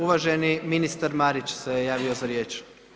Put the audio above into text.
Uvaženi ministar Marić se javio za riječ.